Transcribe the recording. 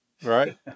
right